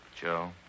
Joe